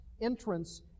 entrance